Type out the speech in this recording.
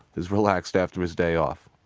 is relaxed after his day off.